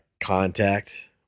contact